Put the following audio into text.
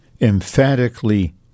emphatically